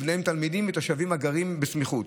וביניהם תלמידים ותושבים הגרים בסמיכות,